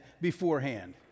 beforehand